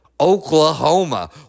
Oklahoma